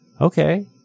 Okay